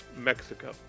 Mexico